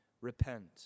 Repent